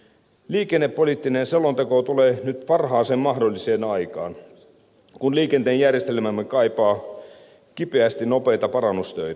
liikennepoliittinen selonteko tulee nyt parhaaseen mahdolliseen aikaan kun liikennejärjestelmämme kaipaa kipeästi nopeita parannustöitä